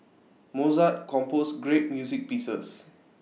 Mozart composed great music pieces